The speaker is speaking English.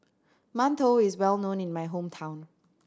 mantou is well known in my hometown